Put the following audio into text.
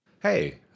Hey